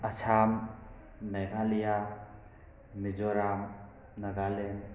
Assam Meghalaya Mizoram Nagaland